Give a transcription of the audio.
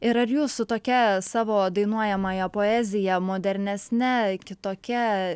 ir ar jūs su tokia savo dainuojamąja poezija modernesne kitokia